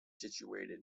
situated